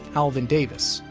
alvin davis.